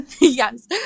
Yes